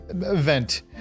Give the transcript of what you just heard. event